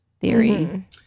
theory